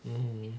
mmhmm